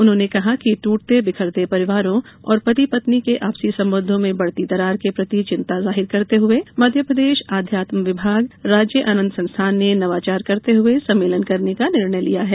उन्होंने कहा कि टूटते बिखरते परिवारों और पति पत्नि के आपसी संबंधों में बढ़ती दरार के प्रति चिंता जाहिर करते हुए मध्यप्रदेश आध्यात्म विभाग राज्य आनंद संस्थान ने नवाचार करते हुए सम्मेलन करने का निर्णय लिया है